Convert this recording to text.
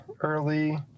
early